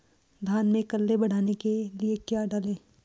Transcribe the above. धान में कल्ले बढ़ाने के लिए क्या डालें?